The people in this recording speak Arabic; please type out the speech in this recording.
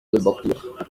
البطيخ